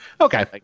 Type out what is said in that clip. Okay